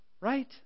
Right